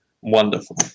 Wonderful